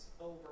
over